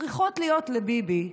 צריכות להיות לביבי,